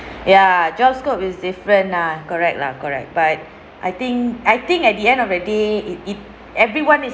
ya job scope is different lah correct lah correct but I think I think at the end of the day it it everyone is